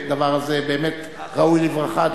הדבר הזה באמת ראוי לברכה,